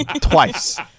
twice